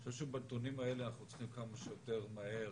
אני חושב שבנתונים האלה אנחנו צריכים כמה שיותר מהר